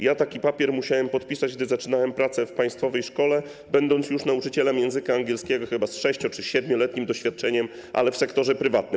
Ja taki papier musiałem podpisać, kiedy zaczynałem pracę w państwowej szkole, będąc już nauczycielem języka angielskiego z 6-letnim czy 7-letnim doświadczeniem, ale w sektorze prywatnym.